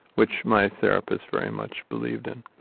which my therapist very much believed in.